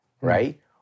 right